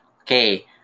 Okay